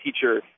teacher